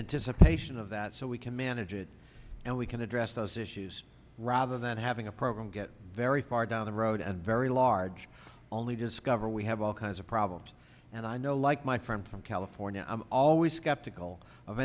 anticipation of that so we can manage it and we can address those issues rather than having a program get very far down the road and very large only discover we have all kinds of problems and i know like my friend from california i'm always skeptical of